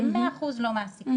ב-100 אחוז לא מעסיקים,